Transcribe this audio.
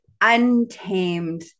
untamed